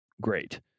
great